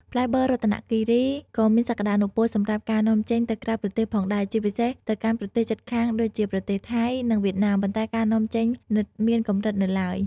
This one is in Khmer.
ផ្លែបឺររតនគិរីក៏មានសក្ដានុពលសម្រាប់ការនាំចេញទៅក្រៅប្រទេសផងដែរ ជាពិសេសទៅកាន់ប្រទេសជិតខាងដូចជាប្រទេសថៃ និងវៀតណាម ប៉ុន្តែការនាំចេញនៅមានកម្រិតនៅឡើយ។